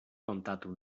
kontatu